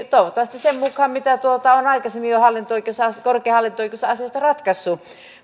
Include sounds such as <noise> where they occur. <unintelligible> toivottavasti sen mukaan mitä jo aikaisemmin on korkein hallinto oikeus asiasta ratkaissut